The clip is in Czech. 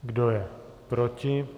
Kdo je proti?